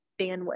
bandwidth